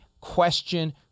question